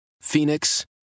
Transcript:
Phoenix